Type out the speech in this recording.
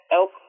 elk